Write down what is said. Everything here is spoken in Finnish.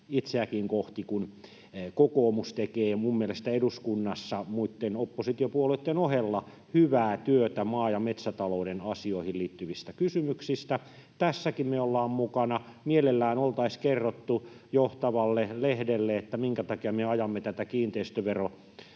itseäkin kohti, kun kokoomus tekee minun mielestäni eduskunnassa muitten oppositiopuolueitten ohella hyvää työtä maa‑ ja metsätalouden asioihin liittyvissä kysymyksissä. Tässäkin me ollaan mukana. Mielellään oltaisiin kerrottu johtavalle lehdelle, minkä takia me ajamme tätä kiinteistöveroasiaa